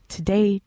Today